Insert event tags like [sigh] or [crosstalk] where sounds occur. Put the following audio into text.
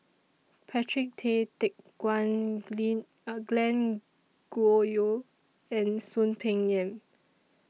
Patrick Tay Teck Guan [unintelligible] A Glen Goei and Soon Peng Yam